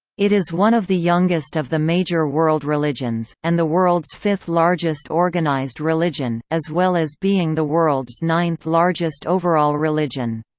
it is one of the youngest of the major world religions, and the world's fifth-largest organized religion, as well as being the world's ninth-largest overall religion.